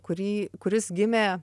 kurį kuris gimė